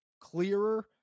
clearer